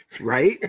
Right